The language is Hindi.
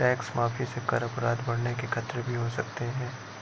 टैक्स माफी से कर अपराध बढ़ने के खतरे भी हो सकते हैं